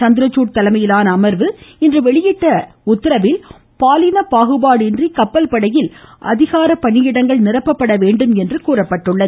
சந்திரசூட் தலைமையிலான அம்வு இன்று வெளியிட்டுள்ள உத்தரவில் பாலின பாகுபாடு இன்றி கப்பல்படையில் அதிகாரி பணியிடங்கள் நிரப்பப்பட வேண்டும் என்று கூறப்பட்டுள்ளது